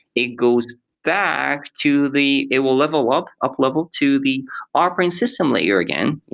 it goes back to the it will level up, up level, to the operating system layer again,